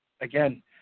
Again